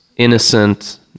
innocent